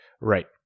Right